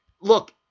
look